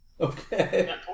Okay